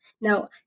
Now